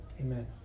Amen